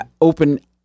open